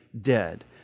dead